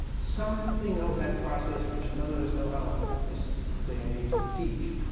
something of that process, which none of us know how, at this day and age, to teach,